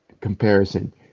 comparison